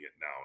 now